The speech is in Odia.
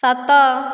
ସାତ